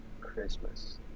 Christmas